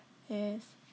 yes